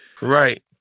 Right